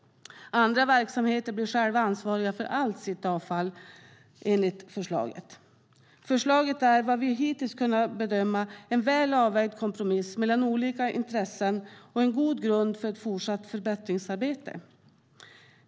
Andra verksamheter blir själva ansvariga för allt sitt avfall, enligt förslaget. Förslaget är, vad vi hittills kunnat bedöma, en väl avvägd kompromiss mellan olika intressen och en god grund för ett fortsatt förbättringsarbete.